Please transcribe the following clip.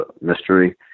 mystery